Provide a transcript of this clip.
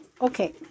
Okay